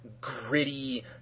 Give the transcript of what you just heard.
gritty